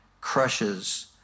crushes